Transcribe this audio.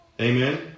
amen